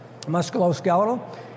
musculoskeletal